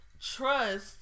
trust